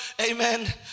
amen